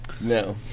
No